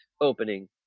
opening